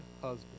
husband